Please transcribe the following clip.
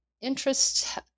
interest